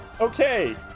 okay